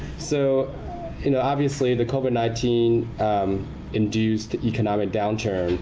so you know obviously, the covid nineteen induced economic downturn